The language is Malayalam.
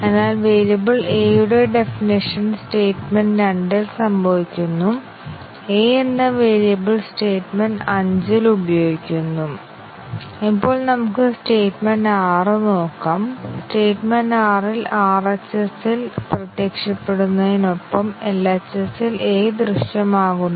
അതിനാൽ ഏതൊരു പാത്തും ലിനെയാർലി ഇൻഡിപെൻഡെന്റ് ആയ ഒരു കൂട്ടം പാത്തിലായിരിക്കില്ല സെറ്റിലെ മറ്റ് ഭാഗങ്ങളുടെ പാത്തുകളുടെ ഒരു ലീനിയർ സംയോജനത്തിലൂടെ ലഭിക്കില്ല മറ്റ് പാത്തുകളിൽ ഉൾപ്പെടാത്ത ഒരു എഡ്ജ് എങ്കിലും ഉണ്ടായിരിക്കും